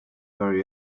very